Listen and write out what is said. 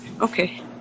okay